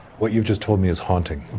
what you've just told me is haunting.